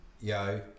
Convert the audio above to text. Yo